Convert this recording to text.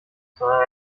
sondern